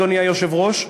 אדוני היושב-ראש,